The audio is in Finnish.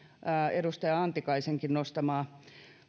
edustaja antikaisenkin nostamaa